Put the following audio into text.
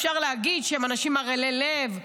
אפשר להגיד שהם אנשים ערלי לב,